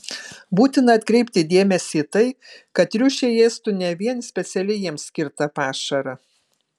būtina atkreipti dėmesį į tai kad triušiai ėstų ne vien specialiai jiems skirtą pašarą